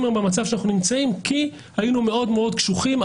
היום במצב בו אנחנו נמצאים כי היינו מאוד מאוד קשוחים,